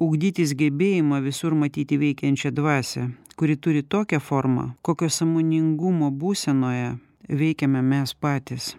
ugdytis gebėjimą visur matyti veikiančią dvasią kuri turi tokią formą kokio sąmoningumo būsenoje veikiame mes patys